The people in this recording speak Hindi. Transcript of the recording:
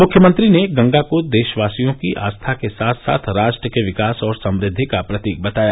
मुख्यमंत्री ने गंगा को देशवासियों की आस्था के साथ साथ राष्ट्र के विकास और समृद्धि का प्रतीक बताया